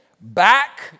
back